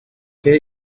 hit